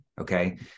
Okay